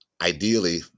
ideally